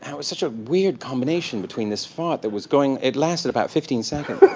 and was such a weird combination between this fart that was going it lasted about fifteen seconds.